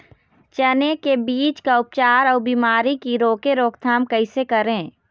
चने की बीज का उपचार अउ बीमारी की रोके रोकथाम कैसे करें?